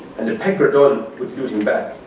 and the pecker dunne would salute him back.